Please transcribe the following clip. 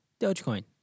Dogecoin